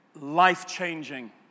life-changing